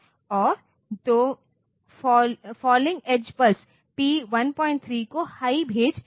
तो falling edge pulse P13 को high भेज देंगे